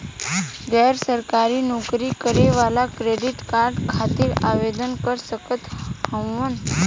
गैर सरकारी नौकरी करें वाला क्रेडिट कार्ड खातिर आवेदन कर सकत हवन?